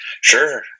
sure